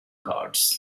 guards